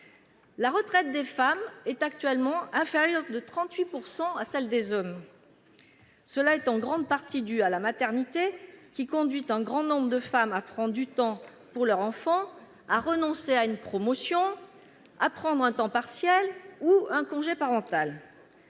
La retraite des femmes est actuellement inférieure de 38 % à celle des hommes. C'est en grande partie dû à la maternité, qui conduit un grand nombre de femmes à prendre du temps pour leur enfant, à renoncer à une promotion, à prendre un temps partiel ou un congé parental.